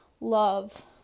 love